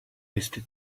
jest